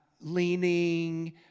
leaning